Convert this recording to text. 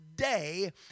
Day